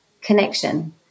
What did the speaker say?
connection